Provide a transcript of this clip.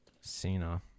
Cena